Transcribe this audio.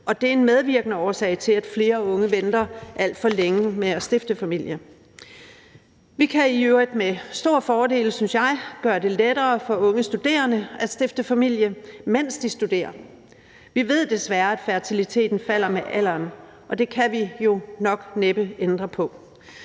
Det er en medvirkende årsag til, at flere unge venter alt for længe med at stifte familie. Vi kan i øvrigt med stor fordel, synes jeg, gøre det lettere for unge studerende at stifte familie, mens de studerer. Vi ved desværre, at fertiliteten falder med alderen, og det kan vi jo nok næppe ændre på.